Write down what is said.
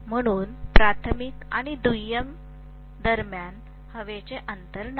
म्हणून प्राथमिक आणि दुय्यम दरम्यान हवेचे अंतर नाही